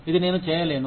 ఇది నేను చేయలేను